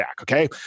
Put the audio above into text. Okay